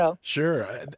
Sure